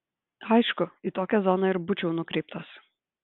aišku į tokią zoną ir būčiau nukreiptas